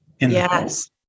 Yes